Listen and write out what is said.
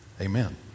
Amen